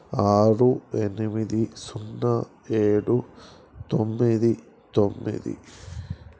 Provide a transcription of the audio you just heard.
ఆరు ఎనిమిది సున్నా ఏడు తొమ్మిది తొమ్మిది